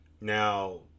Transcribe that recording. now